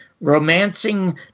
romancing